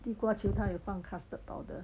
地瓜球她有放 custard powder